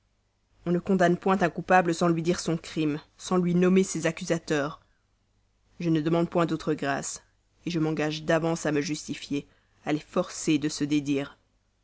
on ne condamne point un coupable sans lui dire son crime sans lui nommer ses accusateurs je ne demande point d'autre grâce je m'engage d'avance à me justifier à les forcer de se dédire